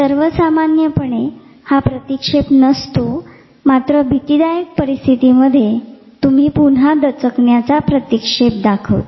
सर्वसामान्य हा प्रतीक्षेप नसतो मात्र भीतीदायक परिस्थितीमध्ये तुम्ही पुन्हा दचकण्याचा प्रतीक्षेप दर्शविता